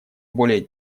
более